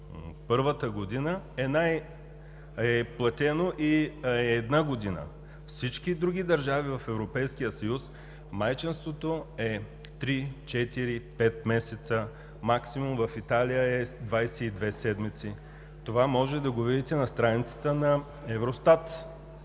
първата година е платено и е една година. Във всички други държави в Европейския съюз майчинството е три, четири, пет месеца максимум, в Италия е 22 седмици. Това можете да го видите на страницата на Евростат.